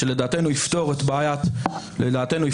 שלדעתנו יפתור את בעיית הבג"צים.